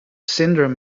syndrome